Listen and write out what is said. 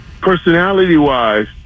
Personality-wise